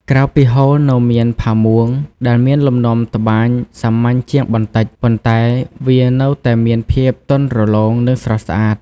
ក្រៅពីហូល នៅមាន ផាមួង ដែលមានលំនាំត្បាញសាមញ្ញជាងបន្តិច ប៉ុន្តែវានៅតែមានភាពទន់រលោង និងស្រស់ស្អាត។